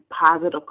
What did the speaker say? positive